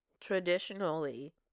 traditionally